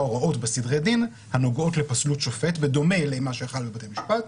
הוראות בסדרי דין הנוגעות לפסלות שופט בדומה למה שחל בבתי משפט.